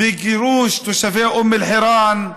בגירוש תושבי אום אל-חיראן.